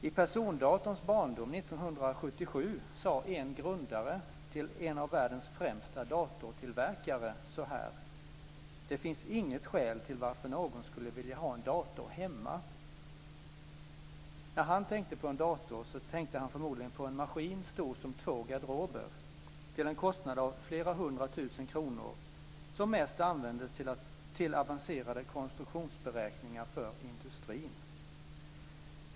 I persondatorns barndom, 1977, sade en grundare till en av världens främsta datortillverkare så här: Det finns inget skäl till varför någon skulle vilja ha en dator hemma. När han tänkte på en dator tänkte han förmodligen på en maskin stor som två garderober, till en kostnad av flera hundra tusen kronor som mest användes till avancerade konstruktionsberäkningar för industrin.